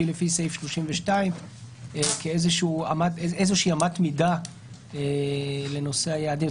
לפי סעיף 32 כאיזו אמת מידה לנושא היעדים?